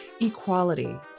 Equality